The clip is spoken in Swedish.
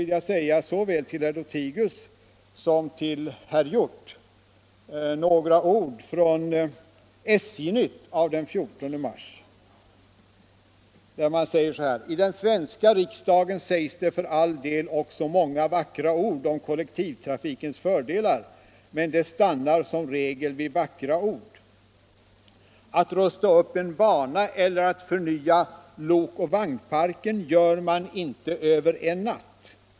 Men jag skulle såväl för herr Lothigius som för herr Hjorth vilja läsa upp några ord ur SJ-Nytt av den 14 mars: ”I den svenska riksdagen sägs det för all del också många vackra ord om kollektivtrafikens fördelar men det stannar som regel vid vackra ord. --—- Att rusta upp en bana eller att förnya lokoch vagnparken gör man inte över en natt.